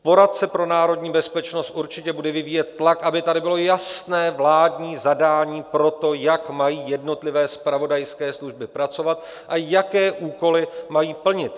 Poradce pro národní bezpečnost určitě bude vyvíjet tlak, aby tady bylo jasné vládní zadání pro to, jak mají jednotlivé zpravodajské služby pracovat a jaké úkoly mají plnit.